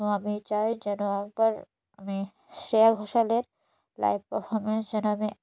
তো আমি চাই যেন একবার আমি শ্রেয়া ঘোষালের লাইভ পারফরম্যান্স যেন আমি